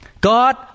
God